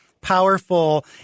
powerful